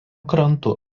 krantu